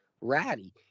ratty